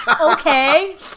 Okay